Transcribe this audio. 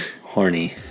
Horny